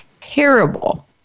terrible